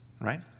right